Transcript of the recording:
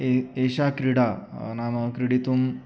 या एषा क्रीडा नाम क्रीडितुं